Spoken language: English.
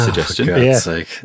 suggestion